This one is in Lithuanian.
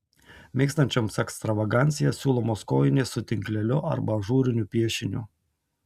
mėgstančioms ekstravaganciją siūlomos kojinės su tinkleliu arba ažūriniu piešiniu